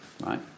Right